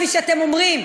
כפי שאתם אומרים,